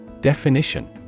Definition